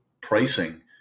pricing